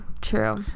true